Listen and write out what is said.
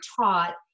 taught